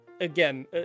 again